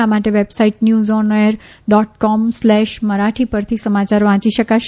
આ માટે website news on air dot com slash Marathi પરથી સમયાર વાંચી શકાશે